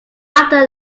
after